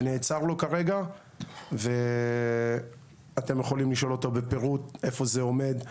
זה נעצר לו כרגע ואתם יכולים לשאול אותו בפירוט איפה זה עומד.